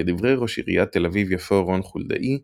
לדברי ראש עיריית תל אביב-יפו רון חולדאי,